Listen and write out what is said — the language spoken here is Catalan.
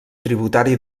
tributari